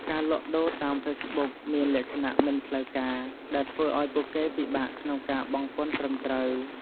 ការលក់ដូរតាមហ្វេសប៊ុកមានលក្ខណៈមិនផ្លូវការ ដែលធ្វើឱ្យពួកគេពិបាកក្នុងការបង់ពន្ធត្រឹមត្រូវ។